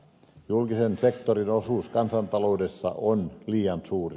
julkisen sektorin osuus kansantaloudessa on liian suuri